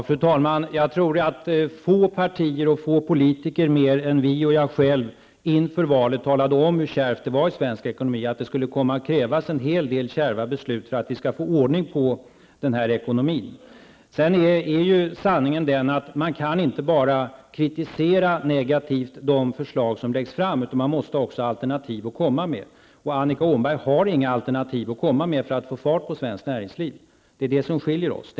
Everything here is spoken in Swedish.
Fru talman! Jag tror att få partier och få politiker mer än folkpartiet liberalerna och jag själv inför valet talade om hur kärvt det var i svensk ekonomi och att det skulle komma att krävas en hel del kärva beslut för att vi skall få ordning på ekonomin. Sanningen är den att man inte bara negativt kan kritisera de förslag som läggs fram, utan man måste också ha alternativ att komma med. Annika Åhnberg har inga alternativ att komma med om hur vi skall få fart på svenskt näringsliv. Det är det som skiljer oss.